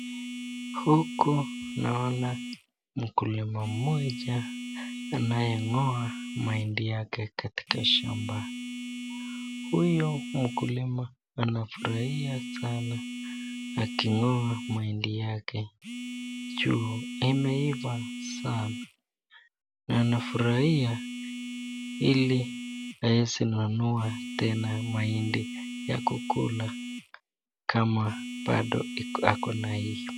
Huku naona mkulima mmoja ambaye anang; oa mahindi yake katika shamba. Huyu mkulima anafurahia sana aking'oa mahindi yake juu imeiva sana. N anafurahia ili hawezi nunua tena mahindi ya kukula kama bado ako na hii.